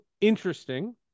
Interesting